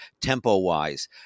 tempo-wise